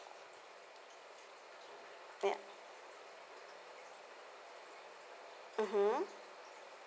ya mmhmm